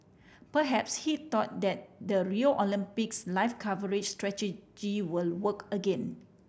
perhaps he thought that the Rio Olympics live coverage strategy will work again